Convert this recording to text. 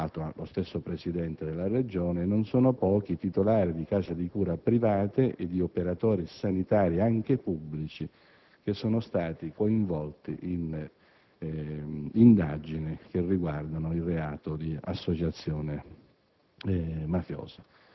(tra l'altro, lo stesso Presidente della Regione); non sono pochi i titolari di case di cura private e gli operatori sanitari anche pubblici che sono stati coinvolti in indagini che riguardano il reato di associazione